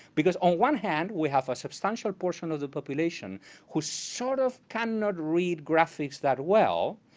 because on one hand, we have a substantial portion of the population who sort of cannot read graphics that well.